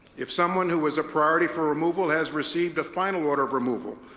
if someone who is a priority for removal has received a final order of removal,